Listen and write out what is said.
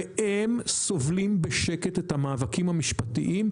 והם סובלים בשקט את המאבקים המשפטיים,